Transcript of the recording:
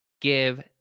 give